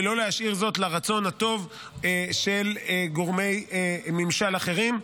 ולא להשאיר זאת לרצון הטוב של גורמי ממשל אחרים,